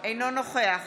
אינו נוכח